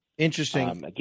Interesting